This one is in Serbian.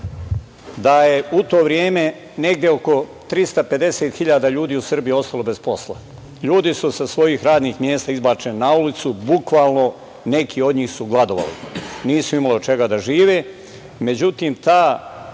da je u to vreme negde oko 350.000 ljudi u Srbiji ostalo bez posla. Ljudi su sa svojih radnih mesta izbačeni na ulicu, bukvalno neki od njih su gladovali, nisu imali od čega da žive. Međutim, ta